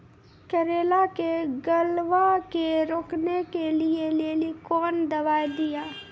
करेला के गलवा के रोकने के लिए ली कौन दवा दिया?